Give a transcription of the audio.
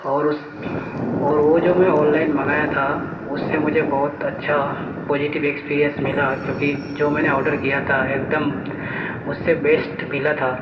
اور اس اور وہ جو میں آن لائن منگایا تھا اس سے مجھے بہت اچھا پازیٹیو ایکسپیریئنس ملا کیونکہ جو میں نے آڈر کیا تھا ایک دم اس سے بیسٹ ملا تھا